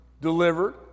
delivered